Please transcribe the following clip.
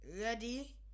Ready